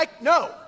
No